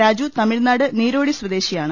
രാജു തമിഴ്നാട് നീരോടി സ്വദേശിയാണ്